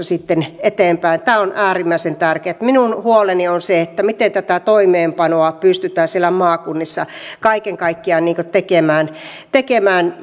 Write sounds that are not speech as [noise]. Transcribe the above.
[unintelligible] sitten tästä heinäkuusta eteenpäin tämä on äärimmäisen tärkeätä minun huoleni on se miten tätä toimeenpanoa pystytään siellä maakunnissa kaiken kaikkiaan tekemään tekemään [unintelligible]